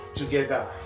together